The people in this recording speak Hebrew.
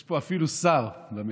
יש פה אפילו שר במליאה,